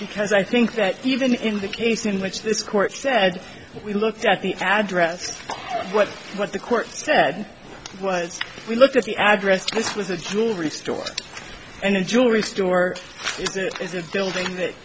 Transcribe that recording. because i think that even in the case in which this court said we looked at the address what what the court said was we looked at the address this was a jewelry store and a jewelry store is it is a building that